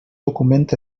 document